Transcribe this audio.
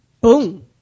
Boom